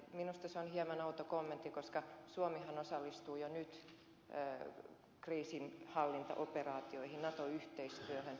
minusta se on hieman outo kommentti koska suomihan osallistuu jo nyt kriisinhallintaoperaatioihin nato yhteistyöhön